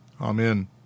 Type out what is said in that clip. Amen